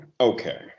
okay